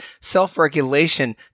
self-regulation